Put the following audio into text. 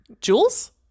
Jules